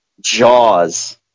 Jaws